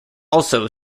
also